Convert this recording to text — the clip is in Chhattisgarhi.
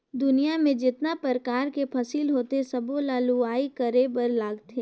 दुनियां में जेतना परकार के फसिल होथे सबो ल लूवाई करे बर लागथे